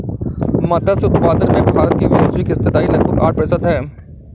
मत्स्य उत्पादन में भारत की वैश्विक हिस्सेदारी लगभग आठ प्रतिशत है